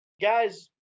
Guys